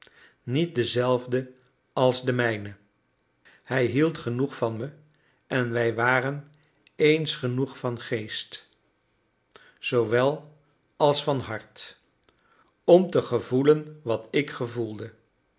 niet dezelfde als de mijne hij hield genoeg van me en wij waren eens genoeg van geest zoowel als van hart om te gevoelen wat ik gevoelde